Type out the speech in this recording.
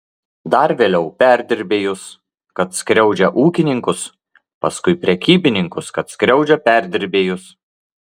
dar vėliau perdirbėjus kad skriaudžia ūkininkus paskui prekybininkus kad skriaudžia perdirbėjus